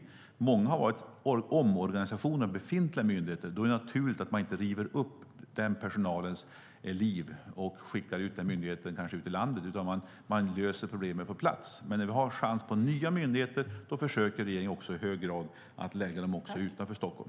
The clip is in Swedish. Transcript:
Många gånger har det varit omorganisationer av befintliga myndigheter. Då är det naturligt att man inte river upp tillvaron för personalen, utan man löser problemen på plats. När vi har anledning att inrätta nya myndigheter försöker regeringen i hög grad att placera dem utanför Stockholm.